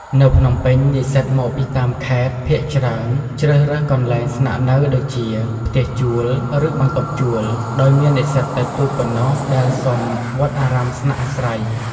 នៅភ្នំពេញ និស្សិតមកពីតាមខេត្តភាគច្រើនជ្រើសរើសកន្លែងស្នាក់នៅដូចជា ផ្ទះជួល ឬបន្ទប់ជួល ដោយមាននិស្សិតតិចតួចប៉ុណ្ណោះដែលសុំវត្តអារាមស្នាក់អាស្រ័យ។